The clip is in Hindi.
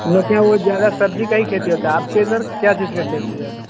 मतलब क्या वह ज़्यादा सब्ज़ी की ही खेती होती है आपके इधर क्या चीज़ की खेती ज़्यादा